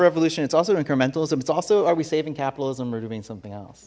revolution it's also incrementalism it's also are we saving capitalism or doing something else